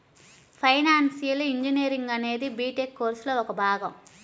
financial engineering అనేది B Tech కోర్సులో ఒక భాగం